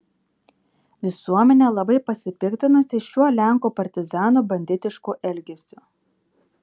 visuomenė labai pasipiktinusi šiuo lenkų partizanų banditišku elgesiu